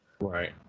Right